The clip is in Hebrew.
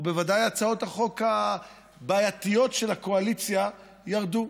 או בוודאי הצעות החוק הבעייתיות של הקואליציה ירדו.